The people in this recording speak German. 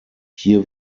hier